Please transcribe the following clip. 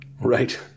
right